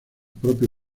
propio